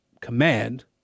command